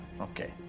Okay